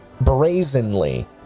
brazenly